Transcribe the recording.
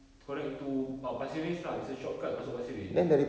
connect to ah pasir ris lah it's a shortcut masuk pasir ris